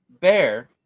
bear